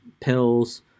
pills